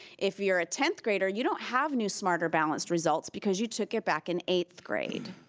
if you're a tenth grader you don't have new smarter balanced results, because you took it back in eighth grade.